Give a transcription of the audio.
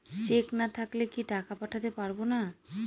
Check না থাকলে কি টাকা পাঠাতে পারবো না?